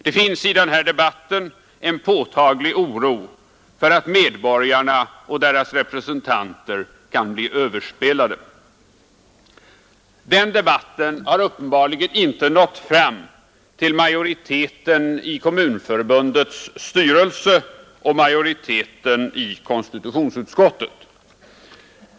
Det finns i den här debatten en påtaglig oro för att medborgarna och deras representanter kan bli överspelade. Den debatten har uppenbarligen inte nått fram till majoriteten i Kommunförbundets styrelse och majoriteten i konstitutionsutskottet.